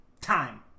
time